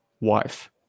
Wife